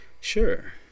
Sure